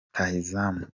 rutahizamu